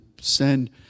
send